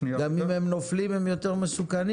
גם אם הם נופלים הם יותר מסוכנים,